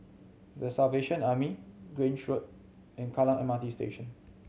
The Salvation Army Grange Road and Kallang M R T Station